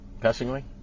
passingly